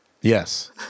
Yes